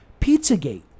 Pizzagate